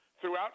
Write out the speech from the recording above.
throughout